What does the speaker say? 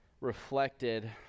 reflected